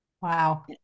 Wow